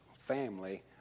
family